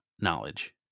knowledge